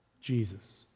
Jesus